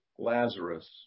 Lazarus